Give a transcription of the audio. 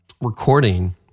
recording